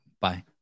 Bye